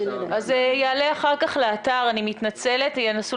הסביבה הקרובה למקום שבו אנחנו נמצאים,